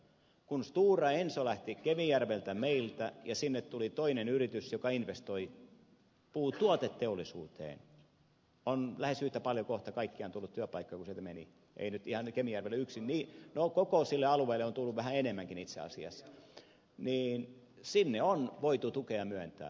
kun stora enso lähti kemijärveltä meiltä ja sinne tuli toinen yritys joka investoi puutuoteteollisuuteen ja on lähes yhtä paljon kohta kaikkiaan tullut työpaikkoja kuin sieltä meni ei nyt ihan kemijärvellä yksin no koko sille alueelle on tullut vähän enemmänkin itse asiassa niin sinne on voitu tukea myöntää